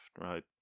right